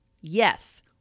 Yes